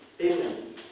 Amen